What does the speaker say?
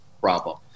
problem